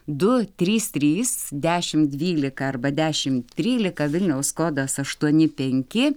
du trys trys dešim dvylika arba dešim trylika vilniaus kodas aštuoni penki